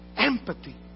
Empathy